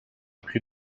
plus